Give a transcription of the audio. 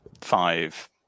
five